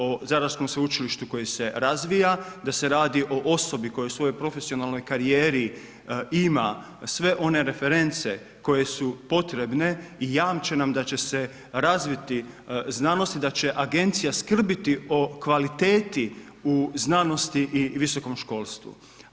O Zadarskom sveučilištu koji se razvija, da se radi o osobi koja u svojoj profesionalnoj karijeri ima sve one reference koje su potrebne i jamče nam da će se razviti znanost i da će Agencija skrbiti o kvaliteti u znanosti i visokom školstvu.